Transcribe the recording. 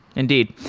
indeed.